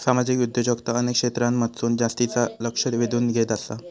सामाजिक उद्योजकता अनेक क्षेत्रांमधसून जास्तीचा लक्ष वेधून घेत आसा